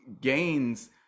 gains